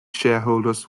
shareholders